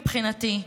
מבחינתי,